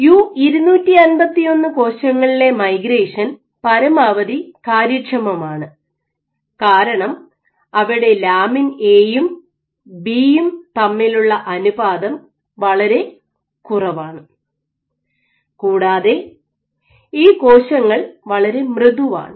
U 251 കോശങ്ങളിലെ migration പരമാവധി കാര്യക്ഷമമാണ് കാരണം അവിടെ ലാമിൻ എ യും ബി യും തമ്മിലുള്ള അനുപാതം വളരെ കുറവാണ് കൂടാതെ ഈ കോശങ്ങൾ വളരെ മൃദുവാണ്